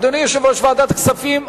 אדוני יושב-ראש ועדת הכספים,